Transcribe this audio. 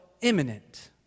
imminent